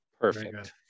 Perfect